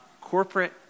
corporate